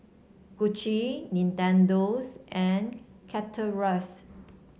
Gucci Nintendo's and Chateraise